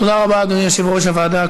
תודה רבה, אדוני יושב-ראש הוועדה.